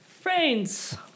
Friends